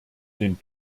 den